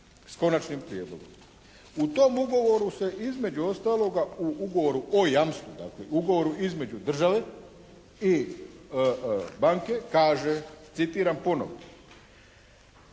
s Konačnim prijedlogom. U tom ugovoru se između ostaloga u ugovoru o jamstvu dakle, ugovoru između države i banke kaže, citiram ponovo: